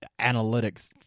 analytics